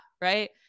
Right